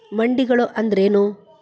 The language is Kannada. ಮಂಡಿಗಳು ಅಂದ್ರೇನು?